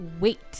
Wait